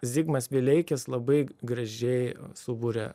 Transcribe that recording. zigmas vileikis labai gražiai suburia